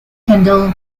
kendall